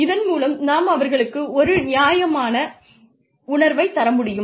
இதன் மூலம் நாம் அவர்களுக்கு ஒரு நியாயமான உணர்வைத் தரமுடியும்